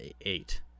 eight